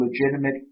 legitimate